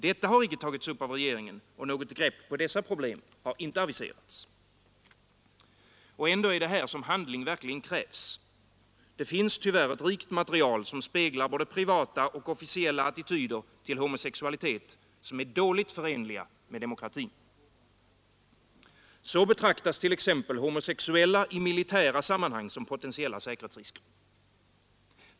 Detta har icke tagits upp av regeringen, och något grepp på dessa problem har inte Och ändå är det här som handling verkligen krävs. Det finns tyvärr ett rikt material, som speglar både privata och officiella attityder till homosexualitet, vilka är dåligt förenliga med demokratin. Så betraktas t.ex. homosexuella i militära sammanhang som potentiella säkerhetsrisker.